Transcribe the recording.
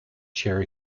share